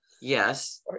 Yes